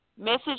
message